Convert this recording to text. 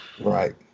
Right